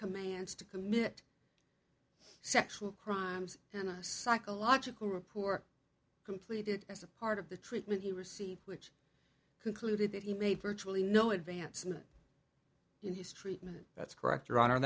commands to commit sexual crimes and a psychological report completed as a part of the treatment he received which concluded that he made virtually no advancement in his treatment that's correct